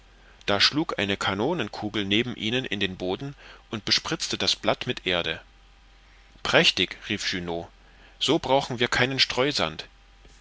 da schlug eine kanonenkugel neben ihnen in den boden und bespritzte das blatt mit erde prächtig rief junot so brauchen wir keinen